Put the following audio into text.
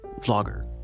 vlogger